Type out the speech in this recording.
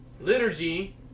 Liturgy